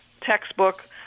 textbook